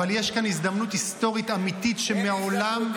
אבל יש כאן ההזדמנות היסטורית אמיתית -- אין הזדמנות.